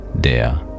der